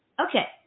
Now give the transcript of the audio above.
Okay